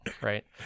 right